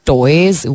Toys